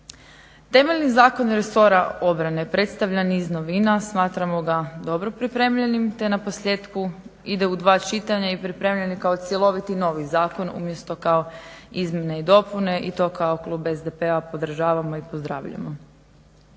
Temeljni zakon resora obrane predstavlja niz novina. Smatramo ga dobro pripremljenim te naposljetku ide u dva čitanja i pripremljen je kao cjeloviti novi zakon umjesto kao izmjene i dopune i to kao klub SDP-a podržavamo i pozdravljamo.